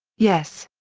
yes.